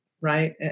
right